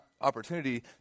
opportunity